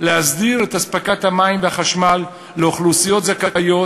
להסדיר את אספקת המים והחשמל לאוכלוסיות זכאיות